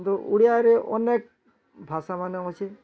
କିନ୍ତୁ ଓଡ଼ିଆରେ ଅନେକ୍ ଭାଷାମାନେ ଅଛେ